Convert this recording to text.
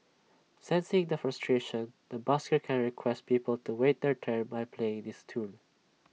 sensing the frustration the busker can request people to wait their turn by playing this tune